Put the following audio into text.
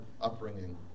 upbringing